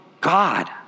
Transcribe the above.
God